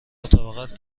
مطابقت